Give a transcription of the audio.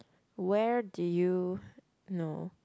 where did you know